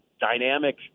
dynamic